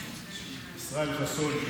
ישראל חסון,